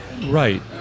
Right